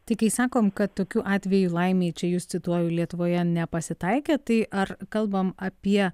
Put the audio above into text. tai kai sakom kad tokių atvejų laimei čia jus cituoju lietuvoje nepasitaikė tai ar kalbam apie